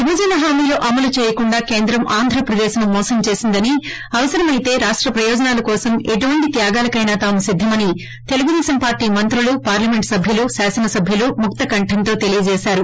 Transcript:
విభజన హామీల అమలు చేయకుండా కేంద్రం ఆంధ్రప్రదేశ్ ని మోసం చేసిందని అవసరమైతే రాష్ట ప్రయోజనాల కోసం ఎటువంటి త్వాగాలకైనా తాము సిద్దమని తెలుగుదేశం పార్లీ మంత్రులు పార్షమెంటు సభ్యులు శాసన సభ్యులు ముక్త కంఠంతో తెలియచేసారు